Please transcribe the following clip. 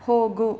ಹೋಗು